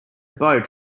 boat